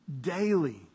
daily